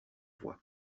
voix